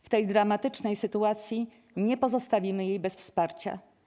W tej dramatycznej sytuacji nie pozostawimy jej bez wsparcia.